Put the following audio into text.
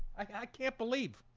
i can't believe